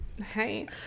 hey